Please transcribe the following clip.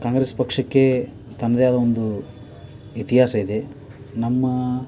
ಕಾಂಗ್ರೆಸ್ ಪಕ್ಷಕ್ಕೆ ತನ್ನದೇ ಆದ ಒಂದು ಇತಿಹಾಸ ಇದೆ ನಮ್ಮ